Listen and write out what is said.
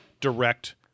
direct